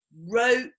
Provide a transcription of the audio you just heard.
wrote